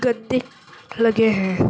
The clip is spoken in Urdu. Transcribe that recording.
گندے لگے ہیں